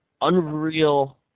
Unreal